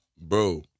bro